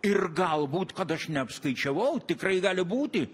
ir galbūt kad aš neapskaičiavau tikrai gali būti